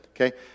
Okay